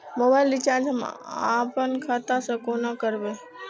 Mobile recharge हम आपन खाता से कोना करबै?